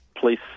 police